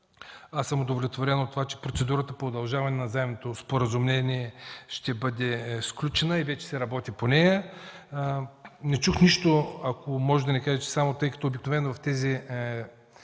Аз съм удовлетворен от това, че процедурата по удължаване на заемното споразумение ще бъде сключена и вече се работи по нея. Ако може да ни кажете само, тъй като обикновено в тези